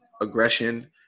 aggression